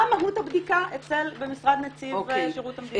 מה מהות הבדיקה במשרד נציב שירות המדינה?